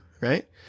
right